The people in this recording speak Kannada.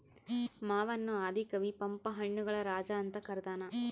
ಮಾವನ್ನು ಆದಿ ಕವಿ ಪಂಪ ಹಣ್ಣುಗಳ ರಾಜ ಅಂತ ಕರದಾನ